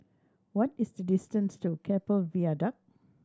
what is the distance to Keppel Viaduct